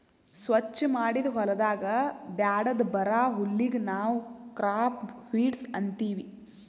ಸ್ವಚ್ ಮಾಡಿದ್ ಹೊಲದಾಗ್ ಬ್ಯಾಡದ್ ಬರಾ ಹುಲ್ಲಿಗ್ ನಾವ್ ಕ್ರಾಪ್ ವೀಡ್ಸ್ ಅಂತೀವಿ